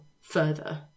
further